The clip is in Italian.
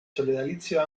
sodalizio